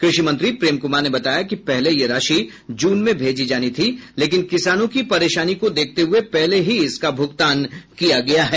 कृषि मंत्री प्रेम कुमार ने बताया कि पहले यह राशि जून में भेजी जानी थी लेकिन किसानों की परेशानी देखते हुये पहले ही इसका भुगतान किया गया है